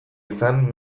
izan